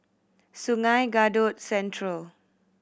Sungei Kadut Central